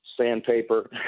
sandpaper